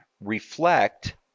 reflect